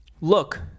Look